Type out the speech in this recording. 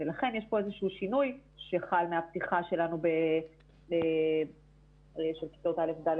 ולכן יש פה איזשהו שינוי שחל מהפתיחה שלנו של כיתות א'-ד'